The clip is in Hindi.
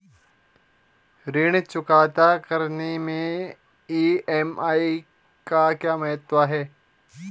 ऋण चुकता करने मैं ई.एम.आई का क्या महत्व है?